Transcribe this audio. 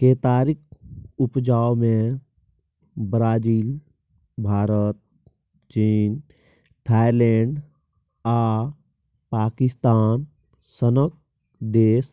केतारीक उपजा मे ब्राजील, भारत, चीन, थाइलैंड आ पाकिस्तान सनक देश